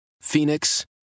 Phoenix